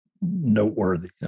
noteworthy